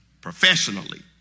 professionally